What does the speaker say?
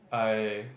I